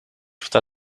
vertel